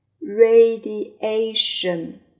Radiation